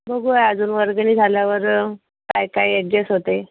बघूया अजून वर्गणी झाल्यावर काय काय ॲड्जस्ट होतं आहे